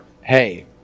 hey